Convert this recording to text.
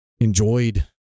enjoyed